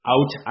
Out